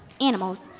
animals